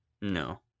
No